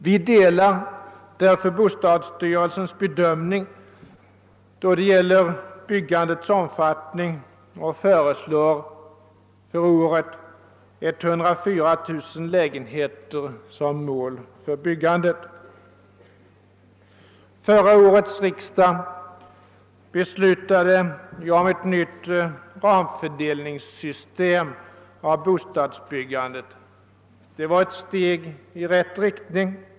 Vi delar därför bostadsstyrelsens bedömning då det gäller byggandets omfattning och föreslår 104 000 lägenheter som mål för årets byggande. Förra årets riksdag fattade beslut om ett nytt ramfördelningssystem för bostadsbyggandet. Det var ett steg i rätt riktning.